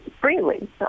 freely